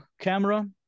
camera